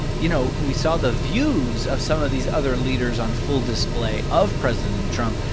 you know, we saw the views of some of these other leaders on full display of president trump.